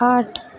आठ